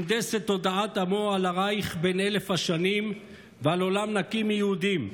הנדס את תודעת עמו על הרייך בן אלף השנים ועל עולם נקי מיהודים.